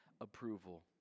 approval